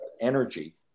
energy